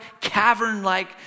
cavern-like